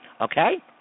Okay